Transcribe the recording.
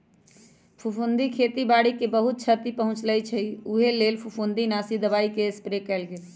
फफुन्दी खेती बाड़ी के बहुत छति पहुँचबइ छइ उहे लेल फफुंदीनाशी दबाइके स्प्रे कएल गेल